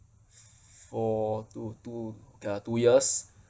for two two ah two years